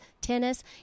tennis